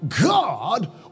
god